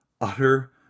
Utter